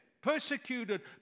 persecuted